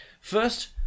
First